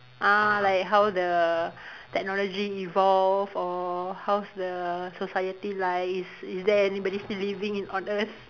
uh like how the technology evolve or how's the society like is is there anybody still living in on earth